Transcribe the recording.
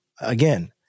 again